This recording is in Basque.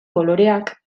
koloreak